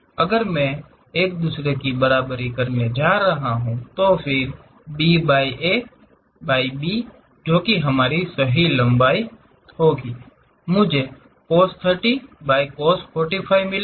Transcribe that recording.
अगर मैं एक दूसरे की बराबरी करने जा रहा हूं फिर Bबाय A बाय बी जो की हमारी सही लंबाई है मुझे cos 30 बाय cos 45 मिलेगा